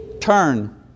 Turn